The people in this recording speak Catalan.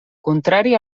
contrari